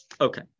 Okay